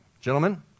gentlemen